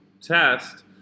test